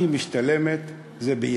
ההשקעה הכי משתלמת זה בילד.